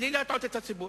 בלי להטעות את הציבור.